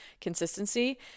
consistency